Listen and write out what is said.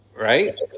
right